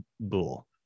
bull